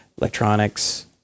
electronics